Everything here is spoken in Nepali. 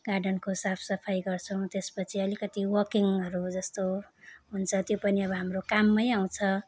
गार्डनको साफफाइ गर्छौँ त्यसपछि अलिकति वाकिङहरू जस्तो हुन्छ त्यो पनि अब हाम्रो काममै आउँछ